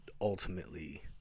ultimately